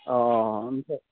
अ